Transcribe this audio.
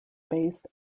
based